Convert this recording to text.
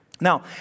Now